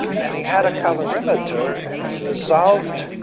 and he had a calorimeter, and he dissolved